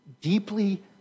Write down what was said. deeply